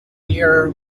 near